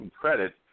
credit